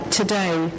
today